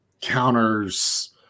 counters